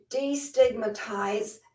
destigmatize